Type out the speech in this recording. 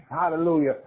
hallelujah